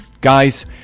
Guys